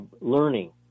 learning